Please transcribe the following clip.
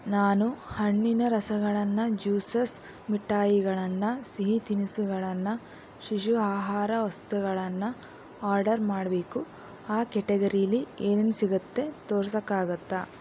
ನಾನು ಹಣ್ಣಿನ ರಸಗಳನ್ನು ಜ್ಯೂಸಸ್ ಮಿಠಾಯಿಗಳನ್ನು ಸಿಹಿತಿನಿಸುಗಳನ್ನು ಶಿಶು ಆಹಾರ ವಸ್ತುಗಳನ್ನು ಆಡರ್ ಮಾಡಬೇಕು ಆ ಕ್ಯಟಗರೀಲಿ ಏನೇನು ಸಿಗುತ್ತೆ ತೋರಿಸೋಕ್ಕಾಗುತ್ತಾ